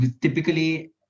Typically